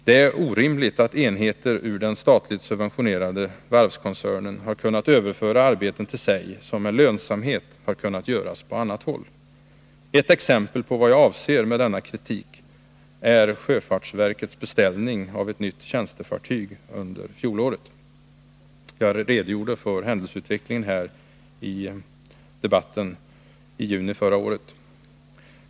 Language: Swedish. Det är orimligt att enheter ur den statligt subventionerade varvskoncernen har kunnat överföra arbeten till sig som med lönsamhet har kunnat göras på annat håll. Ett exempel på vad jag avser med denna kritik är sjöfartsverkets beställning av ett nytt tjänstefartyg under fjolåret. Jag redogjorde för den händelseutvecklingen i debatten i juni förra året.